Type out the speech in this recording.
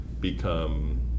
become